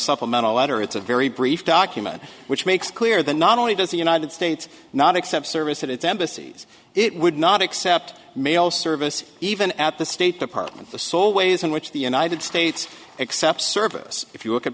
supplemental letter it's a very brief document which makes clear that not only does the united states not accept service at its embassies it would not accept mail service even at the state department the sole ways in which the united states except service if you look at